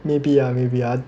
maybe ah maybe ah